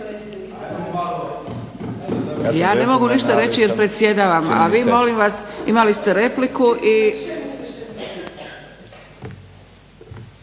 Ja ne mogu ništa reći, jer predsjedavam, a vi molim vas, imali ste repliku.